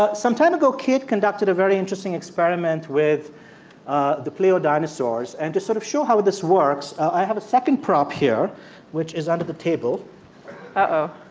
but some time ago, kate conducted a very interesting experiment with ah the pleo dinosaurs. and to sort of show how this works, i have a second prop here which is under the table uh-oh